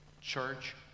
church